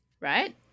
right